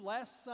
Last